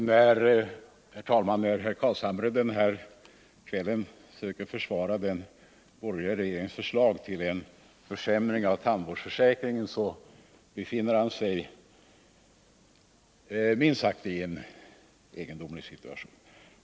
Herr talman! När herr Carlshamre söker försvara den borgerliga regeringens förslag till en försämring av tandvårdsförsäkringen, så befinner han sig minst sagt i en egendomlig situation.